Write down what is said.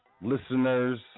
Listeners